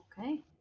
Okay